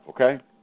okay